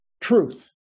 truth